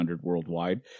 worldwide